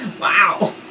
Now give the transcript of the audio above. Wow